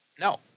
no